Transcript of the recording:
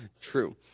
True